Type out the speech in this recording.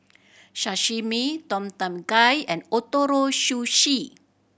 Sashimi Tom Kha Gai and Ootoro Sushi